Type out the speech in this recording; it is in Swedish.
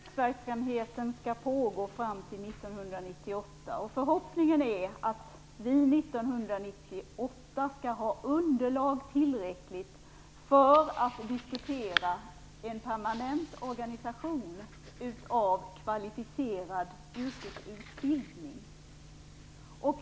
Fru talman! Den här försöksverksamheten skall pågå fram till 1998, och förhoppningen är att vi 1998 skall ha tillräckligt underlag för att diskutera en permanent organisation för kvalificerad yrkesutbildning.